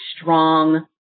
strong